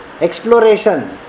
exploration